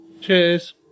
cheers